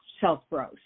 self-growth